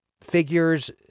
figures